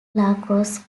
lacrosse